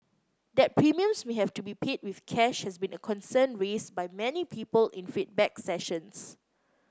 that premiums may have to be paid with cash has been a concern raised by many people in feedback sessions